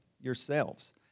yourselves